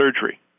surgery